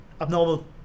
abnormal